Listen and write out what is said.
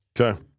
Okay